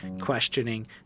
questioning